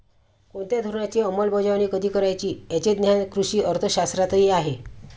कोणत्या धोरणाची अंमलबजावणी कधी करायची याचे ज्ञान कृषी अर्थशास्त्रातही आहे